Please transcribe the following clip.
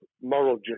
moral